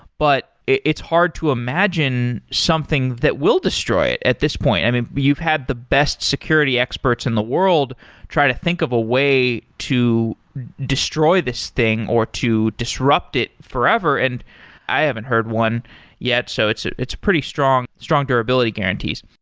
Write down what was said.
but it's hard to imagine something that will destroy it at this point. i mean, you've had the best security experts in the world try to think of a way to destroy this thing or to disrupt it forever, and i haven't heard one yet. so it's it's pretty strong strong durability guarantees.